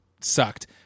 sucked